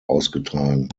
ausgetragen